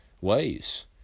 ways